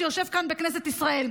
שיושב כאן בכנסת ישראל.